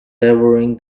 savouring